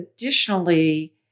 Additionally